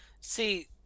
See